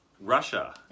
Russia